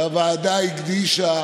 שהוועדה הקדישה